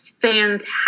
fantastic